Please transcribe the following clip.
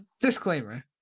disclaimer